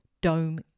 dome